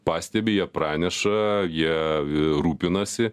pastebi jie praneša jie rūpinasi